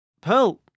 Pearl